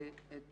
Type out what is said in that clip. ואת